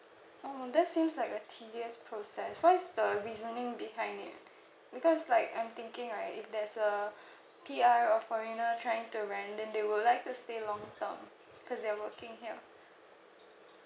oh that seems like a tedious process what is the reasoning behind it because like I'm thinking right if there's a P_R or foreigner trying to rent then they would like to stay long term cause they're working here